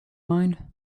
mind